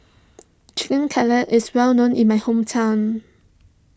Chicken Cutlet is well known in my hometown